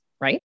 right